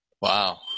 Wow